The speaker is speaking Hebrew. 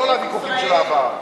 לא ויכוחים של העבר.